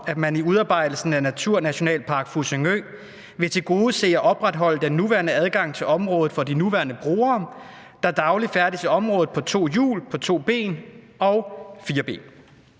at man i udarbejdelsen af Naturnationalpark Fussingø vil tilgodese og opretholde den nuværende adgang til området for de nuværende brugere, der dagligt færdes i området på to hjul, to ben og fire ben?